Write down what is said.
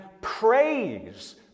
praise